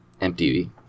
MTV